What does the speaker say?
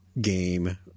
game